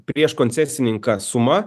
prieš koncesininką suma